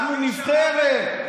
אנחנו נבחרת.